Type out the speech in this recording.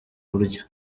buryo